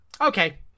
Okay